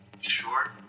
Sure